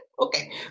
Okay